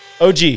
OG